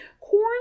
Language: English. corn